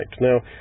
Now